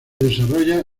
desarrolla